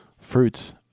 Fruits